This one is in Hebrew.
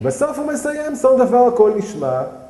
בסוף הוא מסיים סוף דבר הכל נשמע